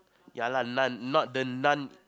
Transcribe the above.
ya lah non not the non